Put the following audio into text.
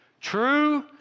True